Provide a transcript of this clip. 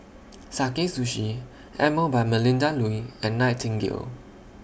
Sakae Sushi Emel By Melinda Looi and Nightingale